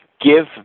give